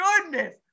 goodness